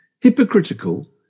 hypocritical